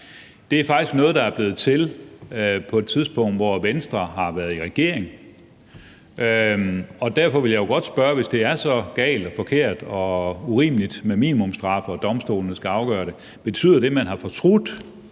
Det er faktisk noget, der er blevet til på et tidspunkt, hvor Venstre har været i regering. Derfor vil jeg godt spørge om følgende: Hvis det er så galt og forkert og urimeligt med minimumsstraffe og domstolene skal afgøre det, betyder det så, at man har fortrudt,